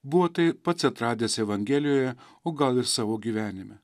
buvo tai pats atradęs evangelijoje o gal ir savo gyvenime